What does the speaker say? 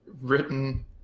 written